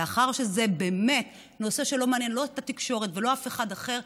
מאחר שזה באמת נושא שלא מעניין לא את התקשורת ולא אף אחד אחר,